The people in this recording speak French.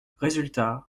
résultat